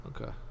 Okay